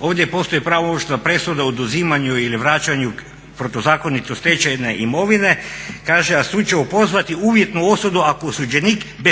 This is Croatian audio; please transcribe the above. Ovdje postoji pravomoćna presuda oduzimanju ili vraćanju protuzakonito stečene imovine, kaže a sud će opozvati uvjetnu osudu ako osuđenik bez